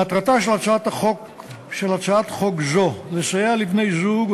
מטרתה של הצעת חוק זו לסייע לבני-זוג,